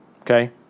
okay